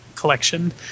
collection